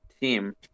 team